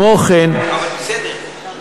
בסדר,